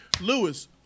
Lewis